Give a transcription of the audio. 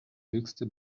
höchste